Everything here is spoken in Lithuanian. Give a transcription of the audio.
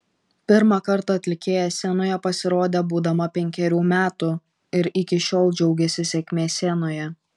pirmą kartą atlikėja scenoje pasirodė būdama penkerių metų ir iki šiol džiaugiasi sėkme scenoje